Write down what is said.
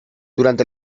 durante